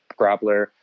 grappler